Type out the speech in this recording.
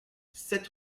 sept